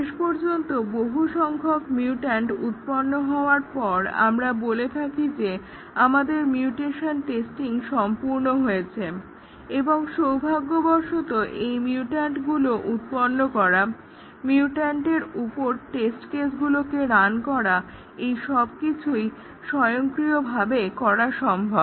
শেষ পর্যন্ত বহু সংখ্যক মিউট্যান্ট উৎপন্ন হওয়ার পর আমরা বলে থাকি যে আমাদের মিউটেশন টেস্টিং সম্পূর্ণ হয়েছে এবং সৌভাগ্যবশত এই মিউট্যান্টগুলো উৎপন্ন করা মিউটেন্টের উপর টেস্ট কেসগুলোকে রান করা এই সবকিছুই স্বয়ংক্রিয়ভাবে করা সম্ভব